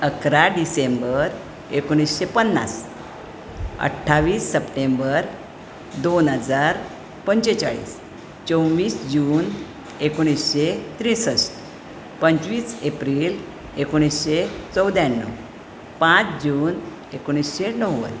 अकरा डिसेंबर एकूणशें पन्नास अठावीस सप्टेंबर दोन हजार पंचेचाळीस चोवीस जून एकूणशें त्रेसश्ट पंचवीस एप्रील एकूणशें चवद्याणव पांच जून एकूणशें णव्वद